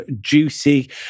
juicy